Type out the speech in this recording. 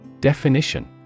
Definition